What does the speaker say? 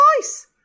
twice